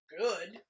Good